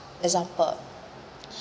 example